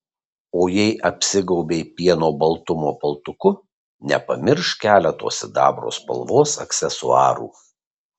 o jei apsigaubei pieno baltumo paltuku nepamiršk keleto sidabro spalvos aksesuarų